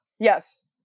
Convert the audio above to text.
Yes